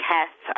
Kath